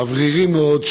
האוורירי מאוד,